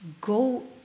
go